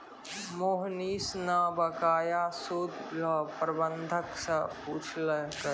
मोहनीश न बकाया सूद ल प्रबंधक स पूछलकै